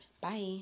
Bye